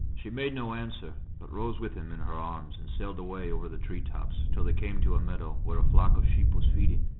she made no answer, but rose with him in her arms and sailed away over the tree-tops till they came to a meadow, where a flock of sheep was feeding.